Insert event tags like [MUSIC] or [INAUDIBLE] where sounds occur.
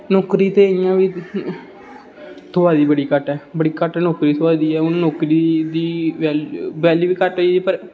नौकरी ते इयां बी [UNINTELLIGIBLE] थ्होआ दी बड़ी घट्ट ऐ बड़ी घट्ट नौकरी थ्होआ दी ऐ हुन नौकरी दी वैल्यू बड़ी घट्ट पर